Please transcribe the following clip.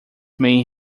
may